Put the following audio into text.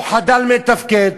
או חדל מלתפקד,